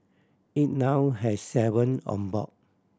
it now has seven on board